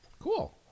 Cool